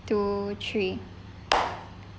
two three